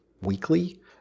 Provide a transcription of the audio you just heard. weekly